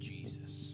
Jesus